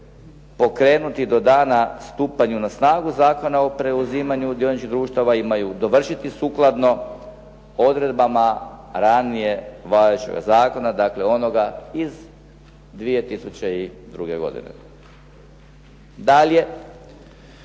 pokrenuti do dana stupanja na snagu zakona o preuzimanju dioničkih društava imaju dovršiti sukladno odredbama ranije važećega zakona, dakle onoga iz 2002. godine. Dalje,